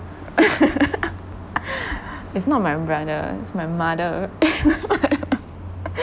it's not my brother it's my mother